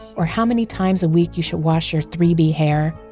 or how many times a week you should wash your three b hair,